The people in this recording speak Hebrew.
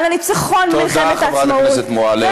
על הניצחון במלחמת העצמאות.